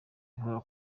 ihora